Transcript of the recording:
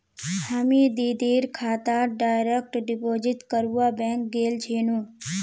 हामी दीदीर खातात डायरेक्ट डिपॉजिट करवा बैंक गेल छिनु